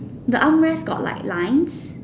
the armrest got like lines